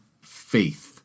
faith